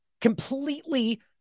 completely